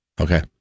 Okay